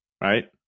right